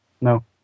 No